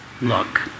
look